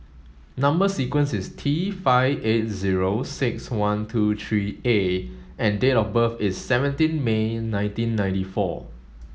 number sequence is T five eight zero six one two three A and date of birth is seventeen May nineteen ninety four